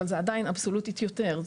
אבל זה עדיין אבסולוטית יותר,